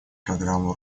программу